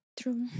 True